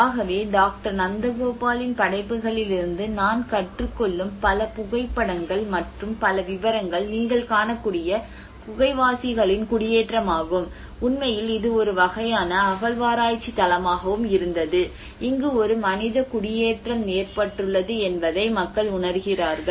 ஆகவே டாக்டர் நந்தகோபாலின் படைப்புகளிலிருந்து நான் கற்றுக் கொள்ளும் பல புகைப்படங்கள் மற்றும் பல விவரங்கள் நீங்கள் காணக்கூடிய குகைவாசிகளின் குடியேற்றமாகும் உண்மையில் இது ஒரு வகையான அகழ்வாராய்ச்சி தளமாகவும் இருந்தது இங்கு ஒரு மனித குடியேற்றம் ஏற்பட்டுள்ளது என்பதை மக்கள் உணருகிறார்கள்